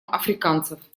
африканцев